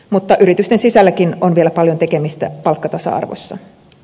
mutta yritysten sisälläkin on vielä paljon tekemistä palkkatasa arvossa